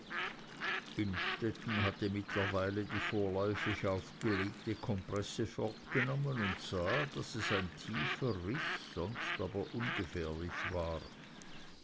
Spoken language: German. innstetten hatte mittlerweile die vorläufig aufgelegte kompresse fortgenommen und sah daß es ein tiefer riß sonst aber ungefährlich war